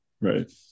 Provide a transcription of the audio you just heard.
Right